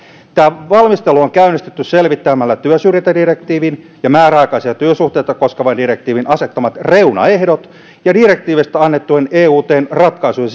tämä valmistelu on käynnistetty selvittämällä työsyrjintädirektiivin ja määräaikaisia työsuhteita koskevan direktiivin asettamat reunaehdot ja direktiiveistä annettujen eutn ratkaisujen